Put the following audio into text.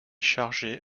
chargée